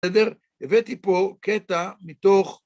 בסדר? הבאתי פה קטע מתוך...